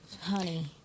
Honey